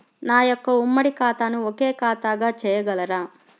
నా యొక్క ఉమ్మడి ఖాతాను ఒకే ఖాతాగా చేయగలరా?